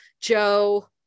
Joe